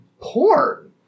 porn